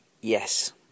yes